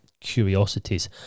curiosities